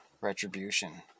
retribution